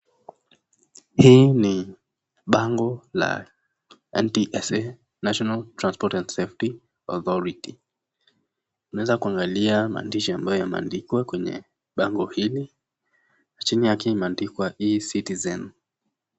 Hii ni bango la NTSA, National Transport and Saftey Authority , unaweza kuangalia maandishi ambayo yamaendikwa kwenye bango hili, chini yake imeandikwa eCitizen .